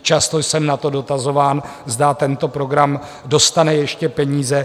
Často jsem na to dotazován, zda tento program dostane ještě peníze.